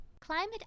Climate